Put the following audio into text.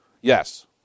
Yes